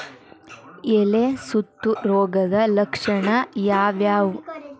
ಎಲೆ ಸುತ್ತು ರೋಗದ ಲಕ್ಷಣ ಯಾವ್ಯಾವ್?